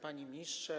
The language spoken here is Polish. Panie Ministrze!